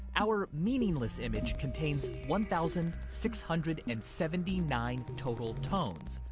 our meaningless image contains one thousand six hundred and seventy nine total tones.